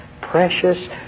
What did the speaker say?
precious